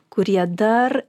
kurie dar